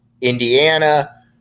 Indiana